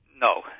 No